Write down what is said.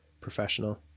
professional